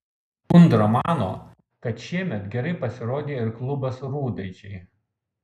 kundra mano kad šiemet gerai pasirodė ir klubas rūdaičiai